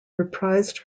reprised